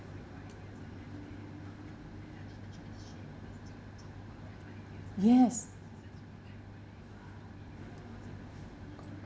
yes